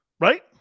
Right